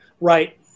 Right